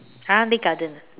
!huh! Lei garden ah